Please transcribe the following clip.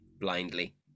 blindly